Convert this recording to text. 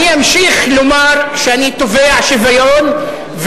אני אמשיך לומר שאני תובע שוויון,